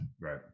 Right